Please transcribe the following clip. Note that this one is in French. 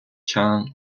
chan